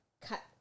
Cut